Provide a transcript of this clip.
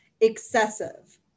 excessive